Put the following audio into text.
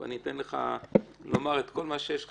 אני אתן לך לומר את כל מה שיש לך,